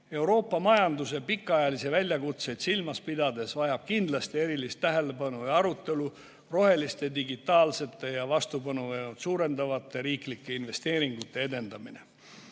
Euroopa majanduse pikaajalisi väljakutseid silmas pidades vajab kindlasti erilist tähelepanu ja arutelu roheliste, digitaalsete ja vastupanuvõimet suurendavate riiklike investeeringute edendamine.